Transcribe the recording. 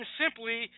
simply